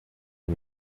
que